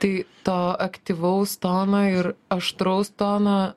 tai to aktyvaus tono ir aštraus tono